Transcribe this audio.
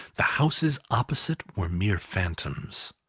the houses opposite were mere phantoms.